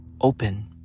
open